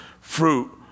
fruit